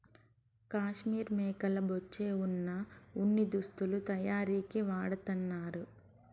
కాశ్మీర్ మేకల బొచ్చే వున ఉన్ని దుస్తులు తయారీకి వాడతన్నారు